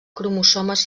cromosomes